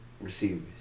receivers